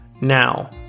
Now